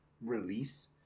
release